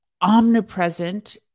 Omnipresent